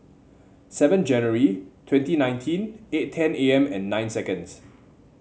seven January twenty nineteen eight ten A M and nine seconds